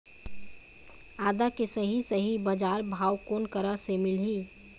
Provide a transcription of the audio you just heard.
आदा के सही सही बजार भाव कोन करा से मिलही?